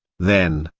then,